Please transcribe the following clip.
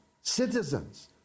citizens